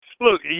Look